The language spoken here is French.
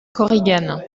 korigane